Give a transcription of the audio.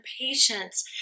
patience